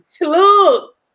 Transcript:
Look